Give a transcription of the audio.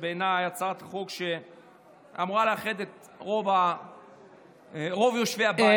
שבעיניי היא הצעת חוק שאמורה לאחד את רוב יושבי הבית הזה.